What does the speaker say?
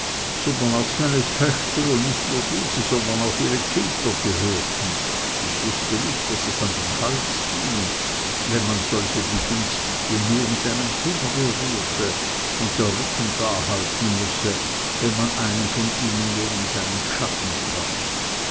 sondern auch seine töchter und nicht nur diese sondern auch ihre kilter gehörten ich wußte nicht daß es an den hals ging wenn man solche begünstigte nur mit einem finger berührte und der rücken darhalten müsse wenn man einem von ihnen nur in seinen schatten trappe